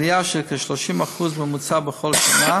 עלייה של כ-30% בממוצע בכל שנה.